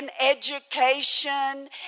education